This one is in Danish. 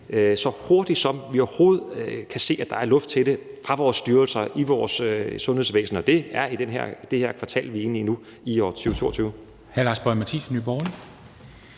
så hurtigt, som vi overhovedet kan se der er luft til det fra vores styrelsers side i vores sundhedsvæsen, og det er i det her kvartal, vi er inde i nu i år 2022.